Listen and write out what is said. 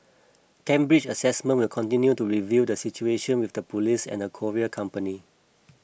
Cambridge Assessment will continue to review the situation with the police and the courier company